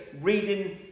reading